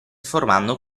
formando